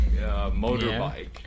motorbike